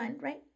right